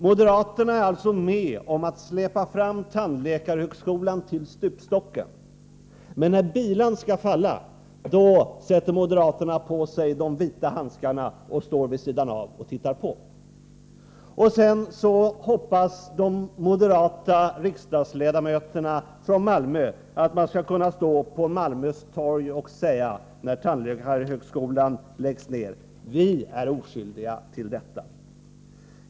Moderaterna är således med om att släpa fram tandläkarhögskolan till stupstocken, men när bilan skall falla sätter moderaterna på sig de vita handskarna och står vid sidan av och tittar på. Sedan hoppas de moderata riksdagsledamöterna från Malmö att de skall kunna stå på Malmös torg och säga, när tandläkarhögskolan läggs ned: Vi är oskyldiga till detta.